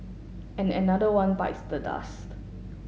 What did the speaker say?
and another one bites the dust